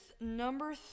number